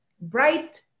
bright